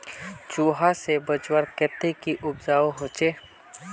चूहा से बचवार केते की उपाय होचे?